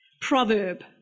Proverb